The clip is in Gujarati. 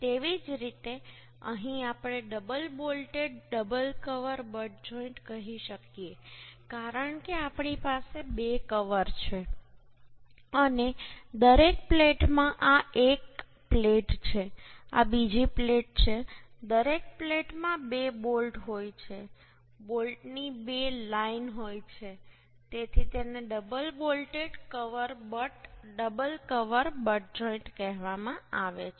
તેવી જ રીતે અહીં આપણે double bolted double cover butt joint કહી શકીએ કારણ કે આપણી પાસે બે કવર છે અને દરેક પ્લેટમાં આ એક પ્લેટ છે આ બીજી પ્લેટ છે દરેક પ્લેટમાં બે બોલ્ટ હોય છે બોલ્ટની બે લાઇન હોય છે તેથી તેને double bolted double cover butt joint કહેવામાં આવે છે